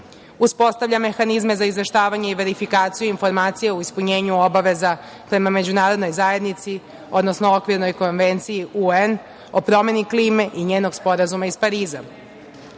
Uspostavlja mehanizme za izveštavanje i verifikaciju informacija u ispunjenju obaveza prema međunarodnoj zajednici, odnosno Okvirnoj konvenciji UN o promeni klime i njenog Sporazuma iz Pariza,